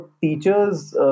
teachers